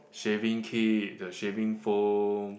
shaving kit the shaving foam